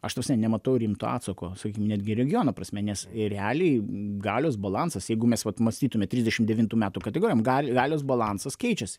aš ta prasme nematau rimto atsako sakykim netgi regiono prasme nes realiai galios balansas jeigu mes vat mąstytume trisdešim devintų metų kategorijom gali galios balansas keičiasi